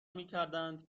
میکردند